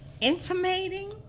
Intimating